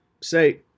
say